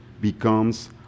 becomes